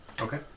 Okay